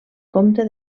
comte